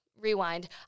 Rewind